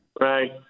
Right